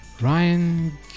Ryan